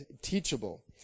teachable